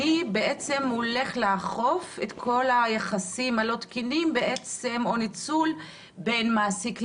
אני הולך לאכוף את כל היחסים הלא תקינים או הניצול בין מעסיק לעובד?